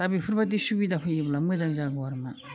दा बेफोरबायदि सुबिदाखौ होयोब्ला मोजां जागौ आरोना